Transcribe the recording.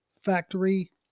factory